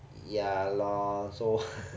ya lor so